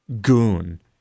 goon